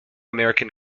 american